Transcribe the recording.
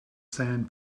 sand